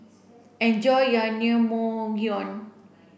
enjoy your Naengmyeon